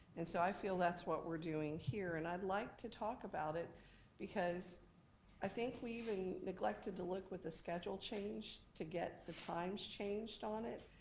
and so i feel that's what we're doing here, and i'd like to talk about it because i think we even neglected to look with the schedule change, to get the times changed on it.